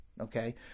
okay